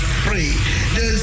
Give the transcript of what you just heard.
free